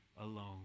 alone